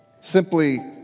simply